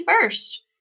First